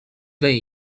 藤为